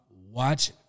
Watch